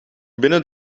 binnen